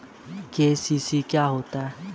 KCC क्या होता है?